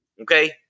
okay